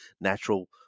natural